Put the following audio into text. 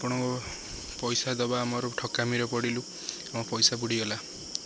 ଆପଣଙ୍କ ପଇସା ଦେବା ଆମର ଠକାମିରେ ପଡ଼ିଲୁ ଆମ ପଇସା ବୁଡ଼ିଗଲା